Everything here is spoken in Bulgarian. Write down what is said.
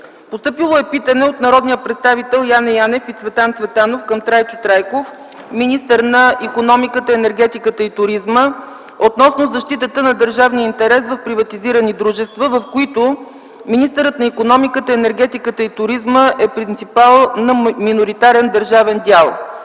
Постъпило е питане от народните представители Яне Янев и Цветан Цветанов към Трайчо Трайков – министър на икономиката, енергетиката и туризма, относно защитата на държавния интерес в приватизирани дружества, в които министърът на икономиката, енергетиката и туризма е принципал на миноритарен държавен дял.